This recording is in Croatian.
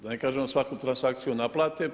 Da ne kažem da svaku transakciju naplate.